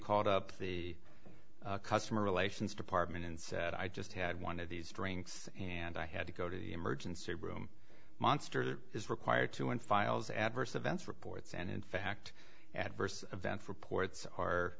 called up the customer relations department and said i just had one of these drinks and i had to go to the emergency room monster that is required to in files adverse events reports and in fact adverse events reports